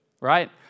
right